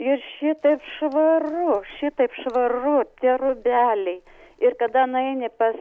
ir šitaip švaru šitaip švaru tie rūbeliai ir kada nueini pas